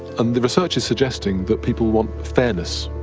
and the research is suggesting that people want fairness.